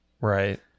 right